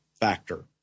factor